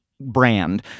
brand